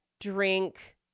drink